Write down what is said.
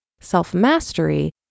self-mastery